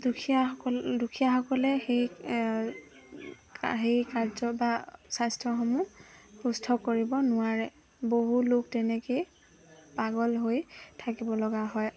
দুখীয়াসকল দুখীয়াসকলে সেই সেই কাৰ্য বা স্বাস্থ্যসমূহ সুস্থ কৰিব নোৱাৰে বহু লোক তেনেকেই পাগল হৈ থাকিবলগীয়া হয়